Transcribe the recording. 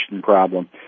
problem